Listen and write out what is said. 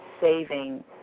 saving